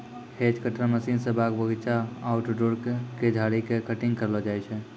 hedge cutter machine स बाग बगीचा, आउटडोर के झाड़ी के कटिंग करलो जाय छै